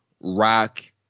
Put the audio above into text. Rock